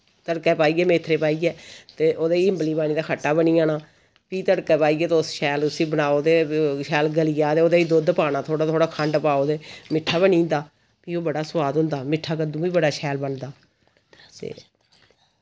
तड़कै पाइयै मेथरे पाइयै ते ओह्दे च इमली पानी ते खट्टा बनी जाना फ्ही तड़कै पाइयै तुस शैल उस्सी बनाओ ते शैल गलिया ते ओह्दे च दुध्द पाना थोह्ड़ा थोह्ड़ा खंड पाओ ते मिट्ठा बनी जंदा फ्ही ओ बड़ा सोआद होंदा मिट्ठा कद्दू बी बड़ा शैल बनदा